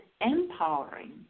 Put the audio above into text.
empowering